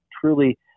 truly